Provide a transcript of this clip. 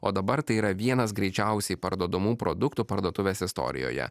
o dabar tai yra vienas greičiausiai parduodamų produktų parduotuvės istorijoje